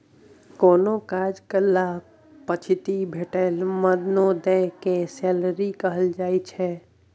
कोनो काज कएला पछाति भेटल मानदेय केँ सैलरी कहल जाइ छै